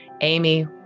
Amy